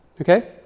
okay